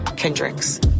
Kendricks